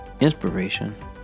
inspiration